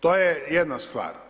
To je jedna stvar.